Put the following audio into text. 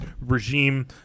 regime